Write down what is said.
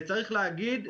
וצריך להגיד,